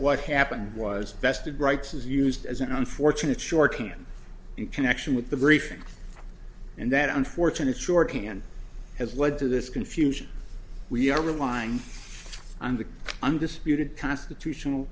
what happened was vested rights is used as an unfortunate short can in connection with the briefing and that unfortunate shorthand has led to this confusion we are relying on the undisputed constitutional